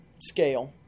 scale